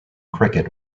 cricket